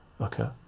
Okay